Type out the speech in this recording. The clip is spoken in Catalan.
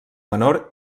menor